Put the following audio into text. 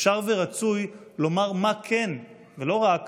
אפשר ורצוי לומר מה כן ולא רק